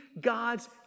God's